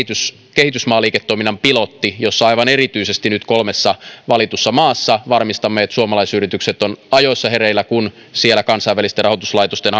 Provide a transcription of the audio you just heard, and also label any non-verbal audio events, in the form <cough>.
kehitysmaaliiketoiminnan pilotti jossa aivan erityisesti nyt kolmessa valitussa maassa varmistamme että suomalaisyritykset ovat ajoissa hereillä kun siellä kansainvälisten rahoituslaitosten <unintelligible>